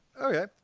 Okay